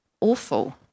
awful